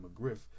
McGriff